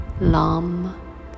LAM